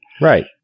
Right